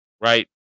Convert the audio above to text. right